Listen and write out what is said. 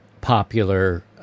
popular